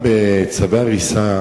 יזומים,